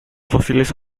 fósiles